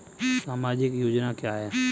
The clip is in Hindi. सामाजिक योजना क्या है?